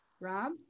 rob